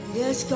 yes